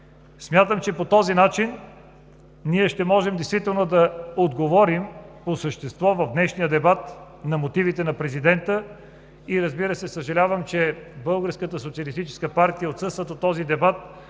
Смятам, че по този начин ще можем действително да отговорим по същество в днешния дебат на мотивите на президента и, разбира се, съжалявам, че Българската